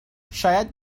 شاید